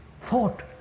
thought